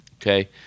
okay